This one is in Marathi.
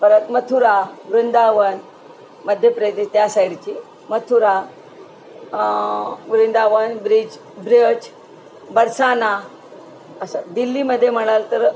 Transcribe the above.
परत मथुरा वृंदावन मध्यप्रदेश त्या साईडची मथुरा वृंदावन ब्रिज ब्रज बरसाना असं दिल्लीमध्ये म्हणाल तर